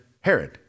Herod